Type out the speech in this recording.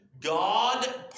God